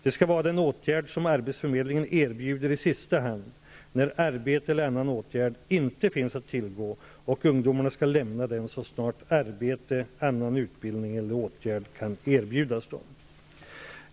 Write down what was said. Det skall vara den åtgärd som arbetsförmedlingen erbjuder i sista hand när arbete eller annan åtgärd inte finns att tillgå, och ungdomarna skall lämna den så snart arbete, annan utbildning eller åtgärd kan erbjudas dem.